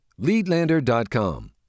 Leadlander.com